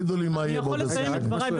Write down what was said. אני יכול לסיים את דבריי?